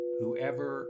Whoever